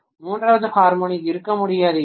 மூன்றாவது ஹார்மோனிக் இருக்க முடியாது என்றால்